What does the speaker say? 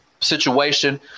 situation